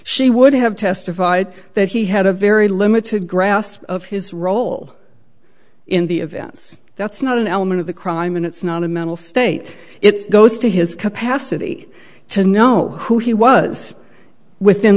she would have testified that he had a very limited grasp of his role in the events that's not an element of the crime and it's not a mental state it's goes to his capacity to know who he was within